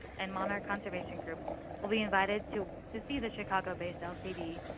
and monarch conservation groups will be invited to to see the chicago-based lcd,